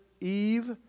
Eve